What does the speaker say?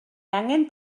angen